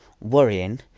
worrying